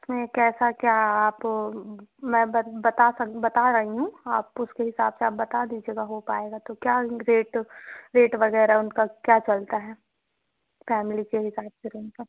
मैं कैसा क्या आप मैं बता सक बता रही हूँ आप उसके हिसाब से आप बता दीजिएगा हो पाएगा तो क्या रेट रेट वगैरा उनका क्या चलता है फैमिली के हिसाब से रेंट का